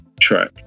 track